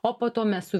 o po to mes su